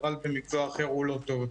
אבל במקצוע אחר הוא לא טוב,